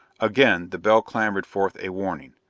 again the bell clamored forth a warning,